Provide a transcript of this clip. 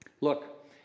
Look